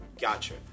Gotcha